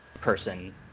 person